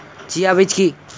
Chia বীজ কী?